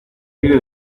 viene